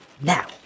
Now